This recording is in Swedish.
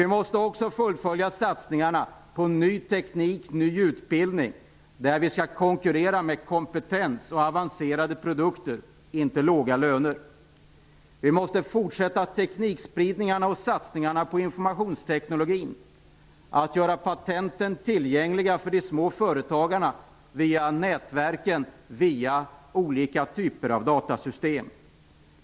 Vi måste också fullfölja satsningarna på ny teknik och ny utbildning där vi skall konkurrera med kompetens och avancerade produkter, inte med låga löner. Vi måste fortsätta teknikspridningen och satsningarna på informationsteknologin. Vi måste göra patenten tillgängliga för de små företagarna, via nätverken, via olika typer av datasystem.